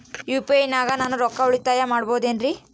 UPI ನಾಗ ನಾನು ರೊಕ್ಕ ಉಳಿತಾಯ ಮಾಡಬಹುದೇನ್ರಿ?